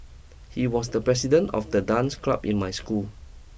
he was the president of the dance club in my school